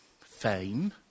fame